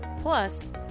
Plus